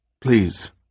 Please